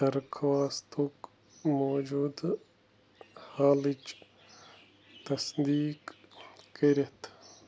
درخواستُک موجوٗدٕ حالٕچ تصدیٖق کٔرِتھ